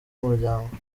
umuryango